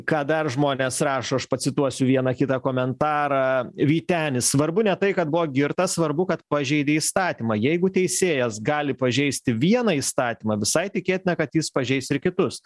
ką dar žmonės rašo aš pacituosiu vieną kitą komentarą vytenis svarbu ne tai kad buvo girtas svarbu kad pažeidė įstatymą jeigu teisėjas gali pažeisti vieną įstatymą visai tikėtina kad jis pažeis ir kitus